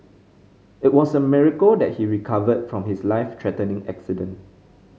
it was a miracle that he recovered from his life threatening accident